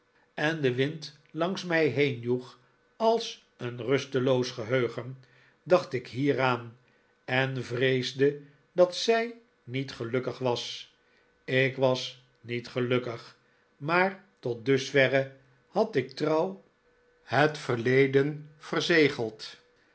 en de wind langs mij neen joeg al een rusteloos geheugen dacht ik hieraan en vreesde dat zij niet gelukkig was i k was niet gelukkig maar tot dusverre had ik trouw het verleden verzegeld